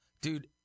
Dude